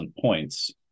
points